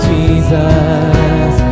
Jesus